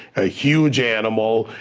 a huge animal,